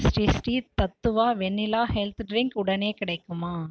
Sri Sri Tattva vanilla health drink உடனே கிடைக்குமா